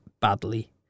badly